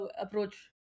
approach